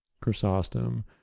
Chrysostom